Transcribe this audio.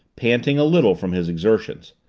panting a little from his exertions.